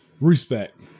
Respect